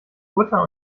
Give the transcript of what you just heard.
butter